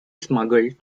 smuggled